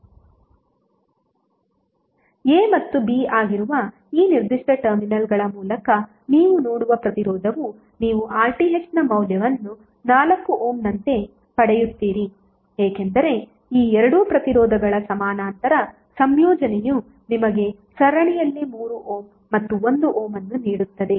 ನೋಡಿ ಸ್ಲೈಡ್ ಸಮಯ 2055 a ಮತ್ತು b ಆಗಿರುವ ಈ ನಿರ್ದಿಷ್ಟ ಟರ್ಮಿನಲ್ಗಳ ಮೂಲಕ ನೀವು ನೋಡುವ ಪ್ರತಿರೋಧವು ನೀವು RThನ ಮೌಲ್ಯವನ್ನು 4 ಓಮ್ನಂತೆ ಪಡೆಯುತ್ತೀರಿ ಏಕೆಂದರೆ ಈ ಎರಡು ಪ್ರತಿರೋಧಗಳ ಸಮಾನಾಂತರ ಸಂಯೋಜನೆಯು ನಿಮಗೆ ಸರಣಿಯಲ್ಲಿ 3 ಓಮ್ ಮತ್ತು 1 ಓಮ್ ಅನ್ನು ನೀಡುತ್ತದೆ